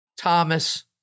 Thomas